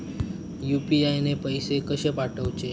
UPI ने पैशे कशे पाठवूचे?